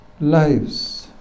lives